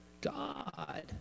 God